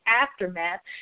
aftermath